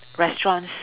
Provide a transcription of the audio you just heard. restaurants